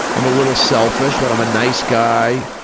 i'm a little selfish but i'm a nice guy.